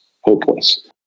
hopeless